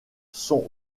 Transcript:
sont